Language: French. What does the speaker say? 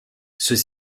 ceux